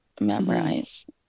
memorize